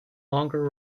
longer